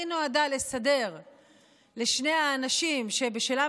היא נועדה לסדר לשני האנשים שבשלם